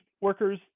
workers